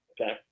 okay